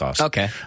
Okay